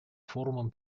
форумом